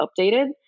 updated